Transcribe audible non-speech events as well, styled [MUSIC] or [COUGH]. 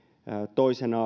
toisena [UNINTELLIGIBLE]